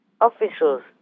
officials